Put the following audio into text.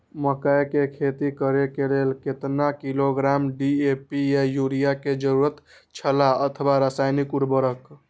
मकैय के खेती करे के लेल केतना किलोग्राम डी.ए.पी या युरिया के जरूरत छला अथवा रसायनिक उर्वरक?